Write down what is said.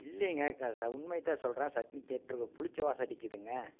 இல்லைங்க க ச உண்மையைத்தான் சொல்கிறேன் சட்னி கெட்டிருக்கு புளிச்ச வாசம் அடிக்குதுங்க